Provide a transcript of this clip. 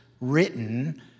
written